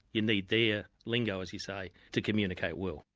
you need their lingo, as you say, to communicate well.